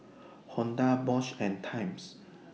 Honda Bosch and Times